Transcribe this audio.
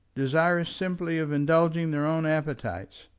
desirous simply of indulging their own appetites,